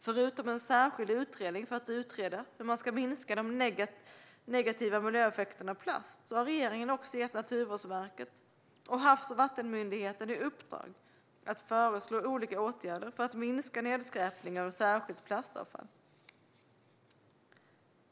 Förutom en särskild utredning för att utreda hur man kan minska de negativa miljöeffekterna av plast har regeringen också gett Naturvårdsverket och Havs och vattenmyndigheten i uppdrag att föreslå olika åtgärder för att minska nedskräpningen från särskilt plastavfall.